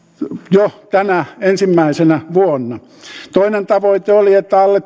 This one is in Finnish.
jo tänä ensimmäisenä vuonna toinen tavoite oli että alle